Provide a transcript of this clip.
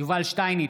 יובל שטייניץ,